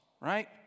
right